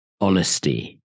honesty